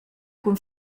cun